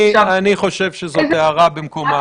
אני חושב שזאת הערה במקומה.